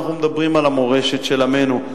אנחנו מדברים על המורשת של עמנו.